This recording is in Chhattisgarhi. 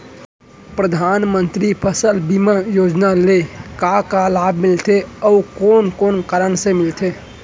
परधानमंतरी फसल बीमा योजना ले का का लाभ मिलथे अऊ कोन कोन कारण से मिलथे?